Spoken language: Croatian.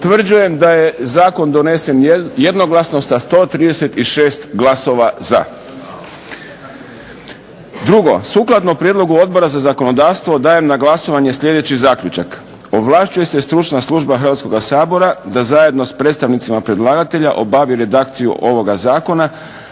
Utvrđujem da je Zakon donesen jednoglasno sa 136 glasova za. Drugo, sukladno prijedlogu Odbora za zakonodavstvo dajem na glasovanje sljedeći zaključak: Ovlašćuje se stručna služba Hrvatskoga sabora da zajedno sa predstavnicima predlagatelja obavi redakciju ovoga Zakona